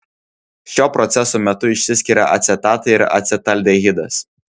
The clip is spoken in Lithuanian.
šio proceso metu išsiskiria acetatai ir acetaldehidas